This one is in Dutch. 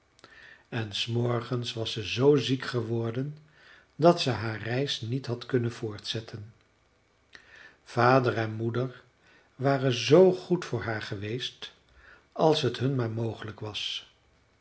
en s morgens was ze z ziek geworden dat ze haar reis niet had kunnen voortzetten vader en moeder waren zoo goed voor haar geweest als t hun maar mogelijk was